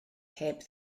heb